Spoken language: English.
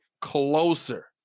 closer